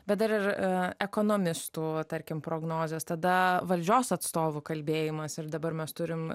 bet dar ir ekonomistų tarkim prognozes tada valdžios atstovų kalbėjimas ir dabar mes turime